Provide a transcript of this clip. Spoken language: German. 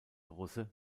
russe